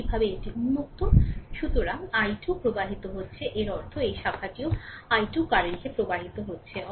একইভাবে এটি উন্মুক্ত সুতরাং i2 প্রবাহিত হচ্ছে এর অর্থ এই শাখাটিও i 2 কারেন্ট প্রবাহিত হচ্ছে